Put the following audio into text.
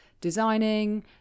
designing